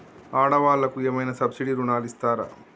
ఆడ వాళ్ళకు ఏమైనా సబ్సిడీ రుణాలు ఇస్తారా?